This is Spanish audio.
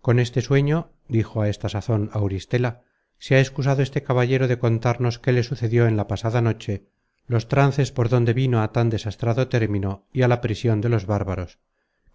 con este sueño dijo a esta sazon auristela se ha excusado este caballero de contarnos qué le sucedió en la pasada noche los trances por donde vino á tan desastrado término y á la prision de los bárbaros